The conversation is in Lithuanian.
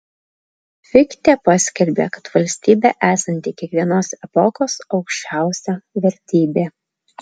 fichtė paskelbė kad valstybė esanti kiekvienos epochos aukščiausia vertybė